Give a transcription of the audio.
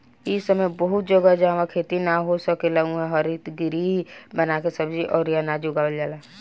इ समय बहुते जगह, जाहवा खेती ना हो सकेला उहा हरितगृह बना के सब्जी अउरी अनाज उगावल जाला